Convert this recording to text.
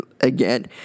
again